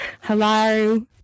Hello